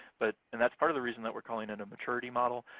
but and that's part of the reason that we're calling it a maturity model,